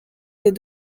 des